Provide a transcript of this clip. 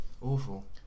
awful